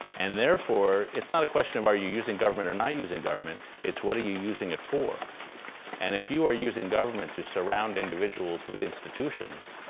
and therefore, it's not a question of are you using government or not using government it's what are you using it for and if you are using government to surround individuals with institutions,